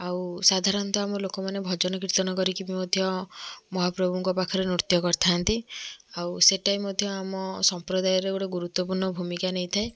ଆଉ ସାଧାରଣତଃ ଆମ ଲୋକମାନେ ଭଜନ କୀର୍ତ୍ତନ କରିକି ବି ମଧ୍ୟ ମହାପ୍ରଭୁଙ୍କ ପାଖରେ ନୃତ୍ୟ କରିଥାନ୍ତି ଆଉ ସେଟା ବି ମଧ୍ୟ ଆମ ସମ୍ପ୍ରଦାୟର ଗୋଟେ ଗୁରୁତ୍ୱପୂର୍ଣ ଭୂମିକା ନେଇଥାଏ